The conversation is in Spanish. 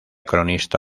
cronista